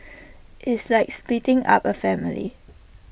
it's like splitting up A family